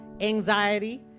anxiety